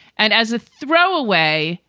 and as a throwaway,